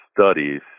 studies